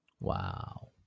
Wow